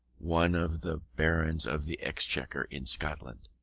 one of the barons of the exchequer in scotland,